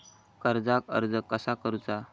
कर्जाक अर्ज कसा करुचा?